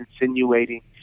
insinuating